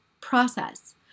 process